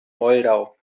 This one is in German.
moldau